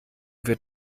wir